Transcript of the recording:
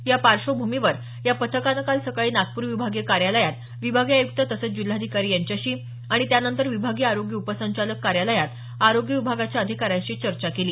या पार्श्वभूमीवर या पथकानं काल सकाळी नागपूर विभागीय कार्यालयात विभागीय आयुक्त तसंच जिल्हाधिकारी यांच्याशी आणि त्यानंतर विभागीय आरोग्य उपसंचालक कार्यालयात आरोग्य विभागाच्या अधिकाऱ्यांशी चर्चा केली